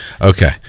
Okay